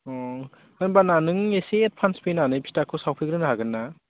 अ होनबाना नों एसे एडभान्स फैनानै फिथाखौ सावफैग्रोनो हागोन ना